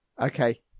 Okay